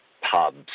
pubs